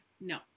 no